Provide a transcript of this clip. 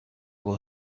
will